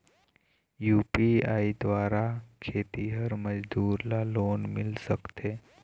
UPI द्वारा खेतीहर मजदूर ला लोन मिल सकथे?